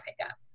pickup